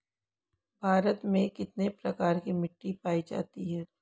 भारत में कितने प्रकार की मिट्टी पाई जाती हैं?